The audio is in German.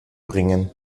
bringen